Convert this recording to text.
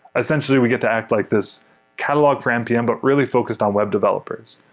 essentially, we get to act like this catalog for npm, but really focused on web developers.